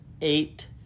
eight